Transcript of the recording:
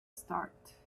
start